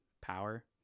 Power